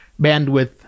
bandwidth